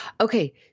Okay